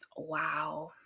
wow